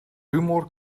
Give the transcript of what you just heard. humor